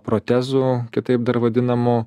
protezų kitaip dar vadinamų